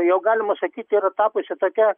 jau galima sakyti yra tapusi tokia